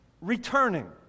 returning